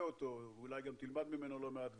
אותו ואולי גם תלמד ממנו לא מעט דברים.